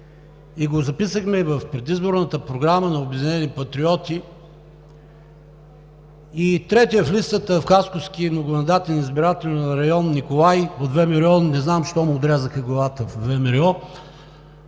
си, записахме го в предизборната програма на „Обединени патриоти“. С третия в листата на Хасковския многомандатен избирателен район Николай от ВМРО – не знам защо му отрязаха главата от ВМРО